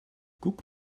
guck